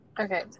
Okay